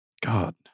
God